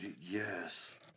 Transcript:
Yes